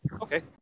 Okay